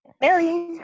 mary